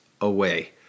away